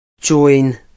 join